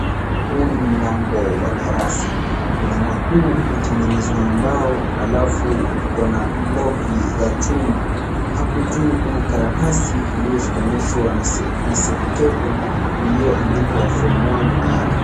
Huu ni mlango wa darasa. Mlango huu umetengenezwa na mbao alafu iko na loki ya chuma. Hapo juu kuna karatasi iliyoshikanishwa na selotepu iliyoandikwa Form 1R .